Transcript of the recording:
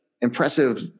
impressive